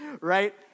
right